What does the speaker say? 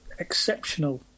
exceptional